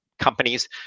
companies